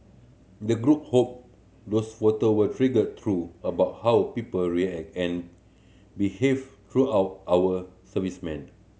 the group hope those photo will trigger through about how people react and behave throughout our servicemen